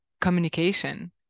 communication